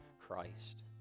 Christ